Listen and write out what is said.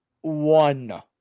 one